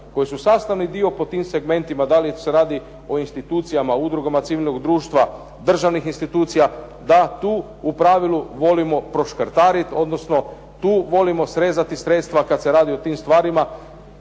koji su sastavni dio pod tim segmentima da li se radi o institucijama, udrugama civilnog društva, državnih institucija, da tu u pravilu volimo proškrtariti, odnosno tu volimo srezati sredstva kad se radi o tim stvarima,